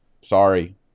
Sorry